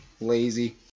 lazy